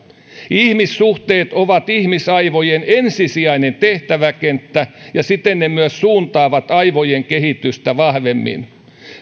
ihmissuhteet ovat ihmisaivojen ensisijainen tehtäväkenttä ja siten ne myös suuntaavat aivojen kehitystä vahvimmin